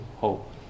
hope